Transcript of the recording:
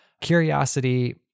curiosity